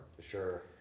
Sure